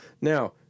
Now